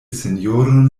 sinjoron